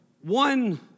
one